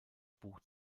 buch